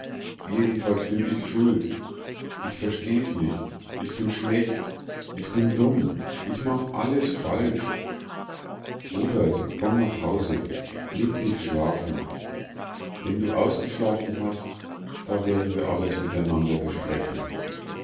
jedenfalls bin ich schuld ich versteh's nich ich bin schlecht ich bin dumm ich mach alles falsch robert komm nach hause leg dich schlafen wenn du dich ausgeschlafen hast da werden wir alles miteinander besprechen